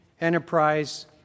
enterprise